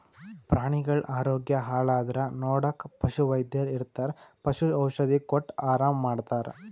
ಪ್ರಾಣಿಗಳ್ ಆರೋಗ್ಯ ಹಾಳಾದ್ರ್ ನೋಡಕ್ಕ್ ಪಶುವೈದ್ಯರ್ ಇರ್ತರ್ ಪಶು ಔಷಧಿ ಕೊಟ್ಟ್ ಆರಾಮ್ ಮಾಡ್ತರ್